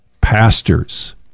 pastors